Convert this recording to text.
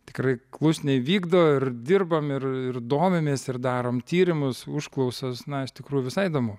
tikrai klusniai vykdo ir dirbam ir domimės ir darom tyrimus užklausos na iš tikrųjų visai įdomu